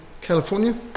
California